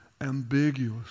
ambiguous